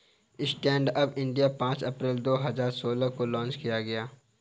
stand up India पांच अप्रैल दो हजार सोलह को लॉन्च किया गया